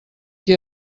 qui